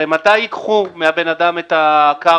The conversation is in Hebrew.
הרי מתי ייקחו מבן אדם את הקרקע?